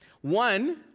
One